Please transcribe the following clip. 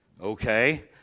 Okay